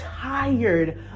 tired